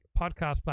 podcast